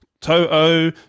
to'o